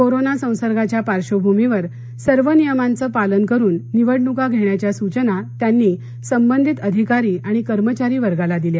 corona संसर्गाच्या पार्श्वभूमीवर सर्व नियमांचं पालन करून निवडणूक घेण्याच्या सुचना त्यांनी संबंधित अधिकारी आणि कर्मचारी वर्गाला दिल्या